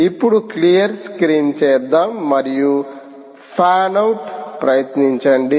ఇప్పుడు clear screen చేద్దాం మరియు ఫ్యాన్ ఔట్ ప్రయత్నించండి